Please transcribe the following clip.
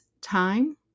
time